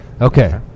Okay